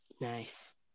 Nice